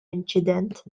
inċident